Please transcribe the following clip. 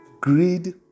Greed